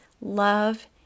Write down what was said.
love